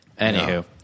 Anywho